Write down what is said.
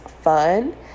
fun